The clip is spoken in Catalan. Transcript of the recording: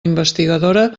investigadora